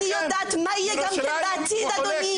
לכן אני גם יודעת מה יהיה בעתיד אדוני.